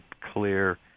clear